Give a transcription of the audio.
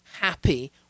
happy